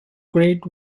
great